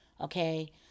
okay